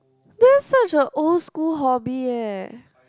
that's such an old school hobby eh